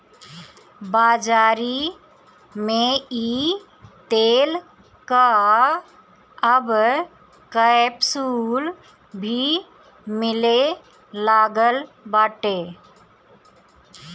बाज़ारी में इ तेल कअ अब कैप्सूल भी मिले लागल बाटे